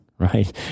right